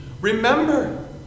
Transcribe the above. remember